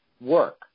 work